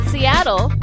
Seattle